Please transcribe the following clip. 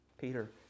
Peter